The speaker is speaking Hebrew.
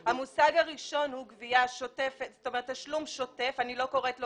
המושג הראשון הוא תשלום שוטף, אני לא קוראת לו